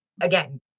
again